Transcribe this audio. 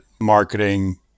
marketing